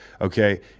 Okay